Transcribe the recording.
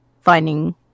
finding